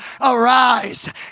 arise